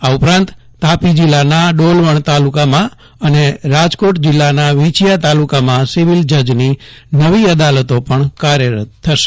આ ઉપરાંત તાપી જિલ્લાના ડોલવણ તાલુકામાં અને રાજકોટ જિલ્લાના વીછીંયા તાલુકામાં સિવિલ જજની નવી અદાલતો પણ કાર્યરત થશે